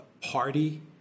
party